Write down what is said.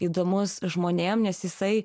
įdomus žmonėm nes jisai